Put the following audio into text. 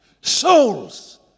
Souls